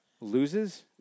loses